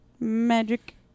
Magic